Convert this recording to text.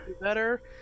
better